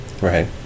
right